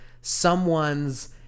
someone's